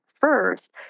first